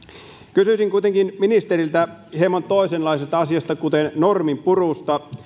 kysyisin kuitenkin ministeriltä hieman toisenlaisesta asiasta kuten norminpurusta